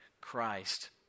Christ